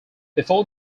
before